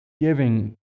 giving